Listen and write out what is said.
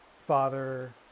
father